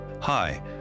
Hi